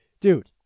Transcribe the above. dude